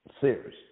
serious